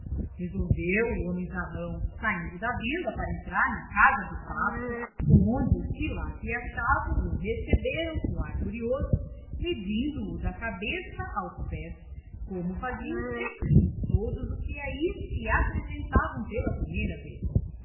resolveu o homenzarrão saindo da venda para entrar na casa de pasto onde os que lá se achavam o receberam com ar curioso medindo o da cabeça aos pés como faziam sempre com todos os que ai se apresentavam pela primeira vez